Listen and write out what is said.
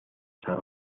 san